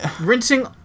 rinsing